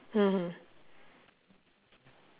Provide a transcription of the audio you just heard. mmhmm